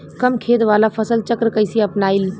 कम खेत वाला फसल चक्र कइसे अपनाइल?